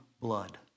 blood